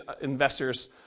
investors